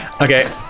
Okay